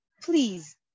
Please